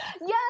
Yes